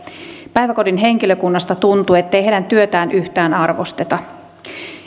päiväkodin henkilökunnasta tuntui ettei heidän työtään yhtään arvosteta